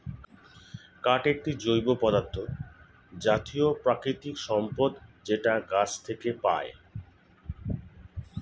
কাঠ একটি জৈব পদার্থ জাতীয় প্রাকৃতিক সম্পদ যেটা গাছ থেকে পায়